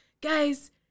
guys